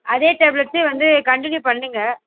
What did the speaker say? அதே டேப்லட்ஸு வந்து கண்டினியூ பண்ணுங்க